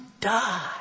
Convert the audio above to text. die